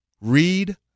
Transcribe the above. Read